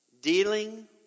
Dealing